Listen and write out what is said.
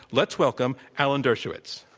let's welcome alan dershowitz.